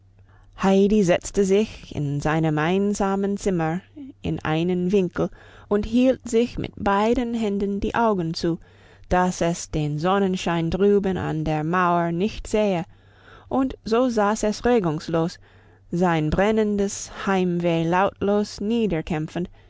heidi setzte sich in seinem einsamen zimmer in einen winkel und hielt sich mit beiden händen die augen zu dass es den sonnenschein drüben an der mauer nicht sehe und so saß es regungslos sein brennendes heimweh lautlos